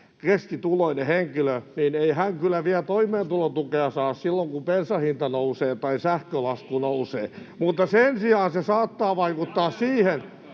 keskituloinen henkilö kyllä vielä toimeentulotukea saa silloin, kun bensan hinta nousee tai sähkölasku nousee. Mutta sen sijaan se saattaa vaikuttaa siihen,